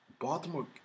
Baltimore